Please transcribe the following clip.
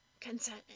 Consent